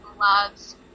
loves